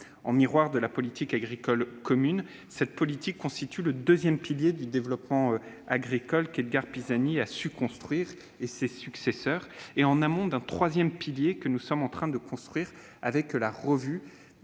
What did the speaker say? En miroir de la politique agricole commune (PAC), cette politique constitue le deuxième pilier du développement agricole qu'Edgard Pisani et ses successeurs ont su construire, en amont d'un troisième pilier que nous sommes en train d'édifier autour de la revue